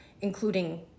including